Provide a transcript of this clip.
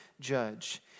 judge